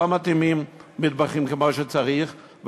לא מתאימים מטבחים כמו שצריך,